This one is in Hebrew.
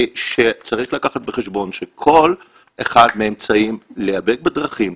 היא שצריך לקחת בחשבון שכל אחד מהאמצעים להיאבק בדרכים,